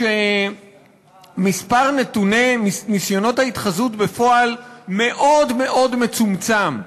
שמספר נתוני ניסיונות ההתחזות בפועל מאוד מאוד מצומצם,